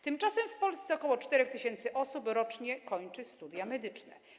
Tymczasem w Polsce ok. 4 tys. osób rocznie kończy studia medyczne.